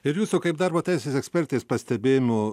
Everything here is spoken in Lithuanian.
ir jūsų kaip darbo teisės ekspertės pastebėjimu